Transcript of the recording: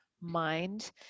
mind